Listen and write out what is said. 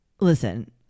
Listen